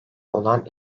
olan